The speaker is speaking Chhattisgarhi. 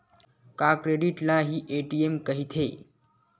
का क्रेडिट ल हि ए.टी.एम कहिथे?